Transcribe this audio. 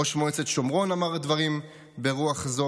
ראש מועצת שומרון אמר דברים ברוח זו,